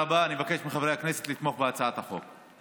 תודה רבה, אני מבקש מחברי הכנסת לתמוך בהצעת החוק.